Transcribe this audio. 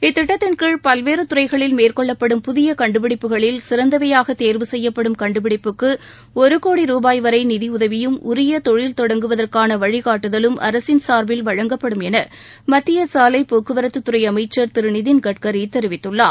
இத்திட்டத்தின் கீழ் பல்வேறு துறைகளில் மேற்கொள்ளப்படும் புதிய கண்டுபிடிப்புகளில் சிறந்தவையாக தேர்வு செய்யப்படும் கண்டுபிடிப்புக்கு ஒரு கோடி ரூபாய் வரை நிதி உதவியும் உரிய தொழில் தொடங்குவதற்கான வழிகாட்டுதலும் அரசின் சார்பில் வழங்கப்படும் என மத்திய சாலை போக்குவரத்துத் துறை அமைச்சர் திரு நிதின் கட்கரி தெரிவித்துள்ளார்